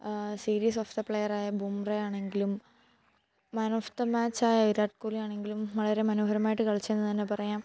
ആ series of the player ആയ ബുംറ ആണെങ്കിലും മേൻ ഓഫ് ദ മാച്ചായ വിരാട് കോഹ്ലി ആണെങ്കിലും വളരെ മനോഹരമായിട്ടു കളിച്ചെന്നു തന്നെ പറയാം